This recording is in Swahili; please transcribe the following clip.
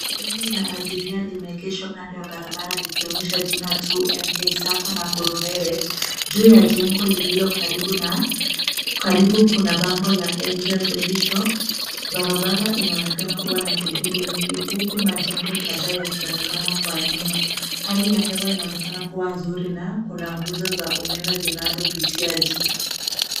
Gari la abiria limeegeshwa kando ya barabara lilionyesha jina 2NK sacco Nakuru direct. Juu ya jengo lililo karibu na, karibu kuna bango la excel baby shop. Barabara inaonekana kuwa na shughuli nyingi huku majengo kadhaa yakionekana kwa nyuma. Hali ya hewa inaonekana kuwa nzuri na kuna nguzo za umeme zinazopitia juu.